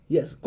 Yes